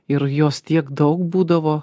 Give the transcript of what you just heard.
ir jos tiek daug būdavo